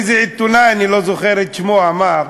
איזה עיתונאי, אני לא זוכר את שמו, אמר: